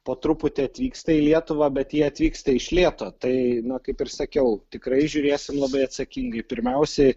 po truputį atvyksta į lietuvą bet jie atvyksta iš lėto tai na kaip ir sakiau tikrai žiūrėsim labai atsakingai pirmiausiai